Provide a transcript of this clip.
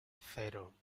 cero